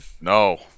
No